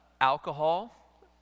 Alcohol